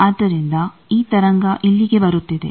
ಆದ್ದರಿಂದ ಈ ತರಂಗ ಇಲ್ಲಿಗೆ ಬರುತ್ತಿದೆ